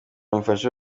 umufasha